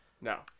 No